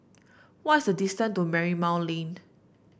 what's the distant to Marymount Lane